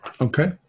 Okay